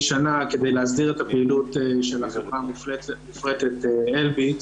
שנה כדי להסדיר את הפעילות של החברה המופרטת אלביט,